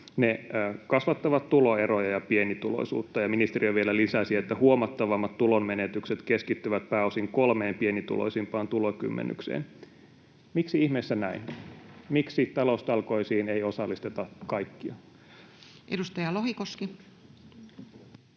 kasvattavat tuloeroja ja pienituloisuutta. Ja ministeriö vielä lisäsi, että huomattavammat tulonmenetykset keskittyvät pääosin kolmeen pienituloisimpaan tulokymmenykseen. Miksi ihmeessä näin? Miksi taloustalkoisiin ei osallisteta kaikkia? [Speech